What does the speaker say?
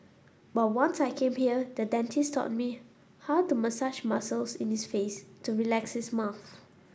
but once I came here the dentist taught me how to massage muscles in his face to relax his mouth